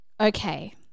Okay